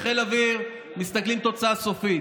בחיל האוויר מסתכלים על תוצאה סופית,